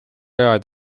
head